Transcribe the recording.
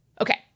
Okay